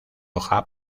hoja